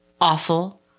awful